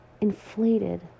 inflated